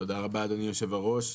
תודה רבה, אדוני היושב-ראש.